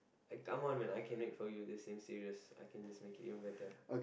I come on man I can make for you the same serious I can just make it even better